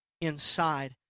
inside